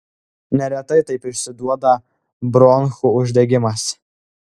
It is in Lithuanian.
neretai taip išsiduoda bronchų uždegimas